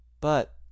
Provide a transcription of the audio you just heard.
But